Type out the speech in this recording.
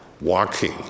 walking